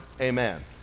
Amen